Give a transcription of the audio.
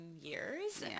years